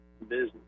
business